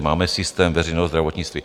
Máme systém veřejného zdravotnictví.